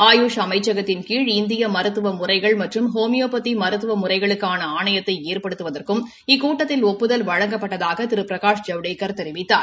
ஆயூஷ் அமைச்சகத்தின் கீழ் இந்திய மருத்துவ முறைகள் மற்றும் ஹோமியோபதி மருத்துவ முறைகளுக்கான ஆணையத்தை ஏற்படுத்துவதற்கும் இக்கூட்டத்தில் ஒப்புதல் வழங்கப்பட்டதாக திரு பிரகாஷ் ஐவடேக்கர் தெரிவித்தார்